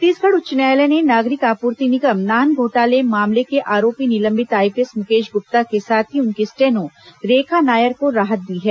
छत्तीसगढ़ उच्च न्यायालय ने नागरिक आपूर्ति निगम नान घोटाले मामले के आरोपी निलंबित आईपीएस मुकेश गुप्ता के साथ ही उनकी स्टेनो रेखा नायर को राहत दी है